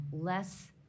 Less